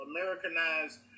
Americanized